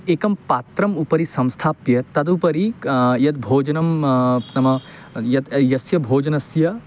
एकं पात्रम् उपरि संस्थाप्य तदुपरि क यद्भोजनं यत् यस्य भोजनस्य